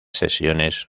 sesiones